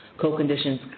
co-conditions